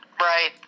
right